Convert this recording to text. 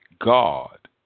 God